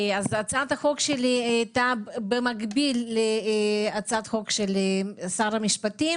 אז הצעת החוק שלי הייתה במקביל להצעת החוק של שר המשפטים,